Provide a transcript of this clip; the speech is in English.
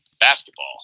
basketball